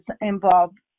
involved